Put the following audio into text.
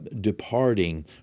departing